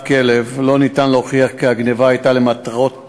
כלב לא ניתן להוכיח כי הגנבה הייתה למטרות